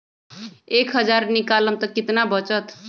एक हज़ार निकालम त कितना वचत?